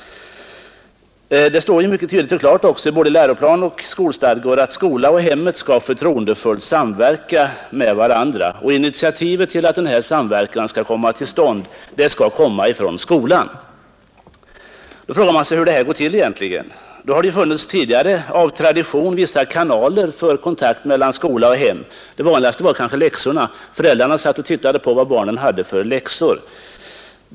Det står också mycket klart och tydligt i både läroplaner och skolstadgor att skolan och hemmet skall förtroendefullt samverka med varandra och att initiativet till denna samverkan skall komma från skolan. Då frågar man sig hur denna samverkan egentligen gått till. Tidigare fanns det av tradition vissa kanaler för kontakten mellan skola och hem. Det vanligaste var kanske att föräldrarna tittade på barnens läxor.